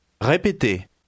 Répétez